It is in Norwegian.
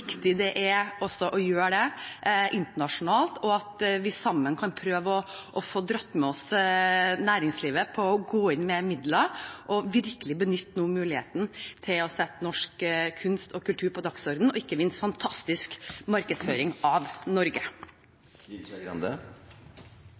det er også å gjøre det internasjonalt, og at vi sammen kan vi prøve å få dratt med oss næringslivet til å gå inn med midler og nå virkelig benytte muligheten til å sette norsk kunst og kultur på dagsordenen – og ikke minst til en fantastisk markedsføring av Norge.